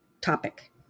topic